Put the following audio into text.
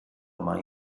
mai